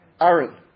Aaron